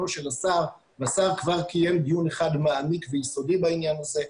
של השר והשר כבר קיים דיון אחד מעמיק ויסודי בעניין הזה.